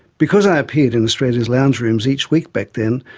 because i appeared in australia's lounge rooms each week back then,